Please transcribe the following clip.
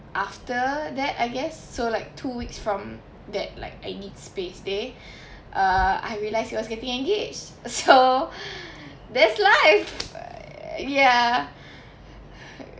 after that I guess so like two weeks from that like I need space day uh I realised he was getting engaged so that's life err ya